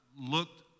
looked